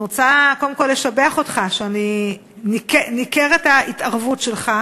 קודם כול אני רוצה לשבח אותך שניכרת ההתערבות שלך,